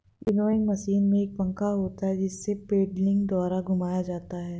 winnowing machine में एक पंखा होता है जिसे पेडलिंग द्वारा घुमाया जाता है